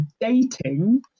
dating